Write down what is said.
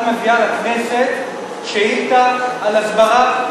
את מביאה לכנסת שאילתה על הסברה?